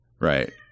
Right